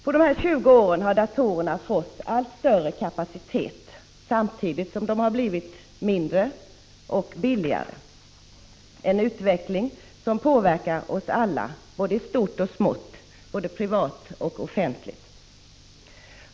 På de senaste 20 åren har datorerna fått allt större kapacitet samtidigt som de har blivit mindre och billigare, en utveckling som påverkar oss alla både i stort och smått, både privat och offentligt.